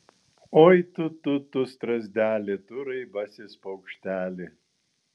oi tu tu tu strazdeli tu raibasis paukšteli